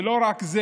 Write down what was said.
ולא רק זה,